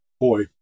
boy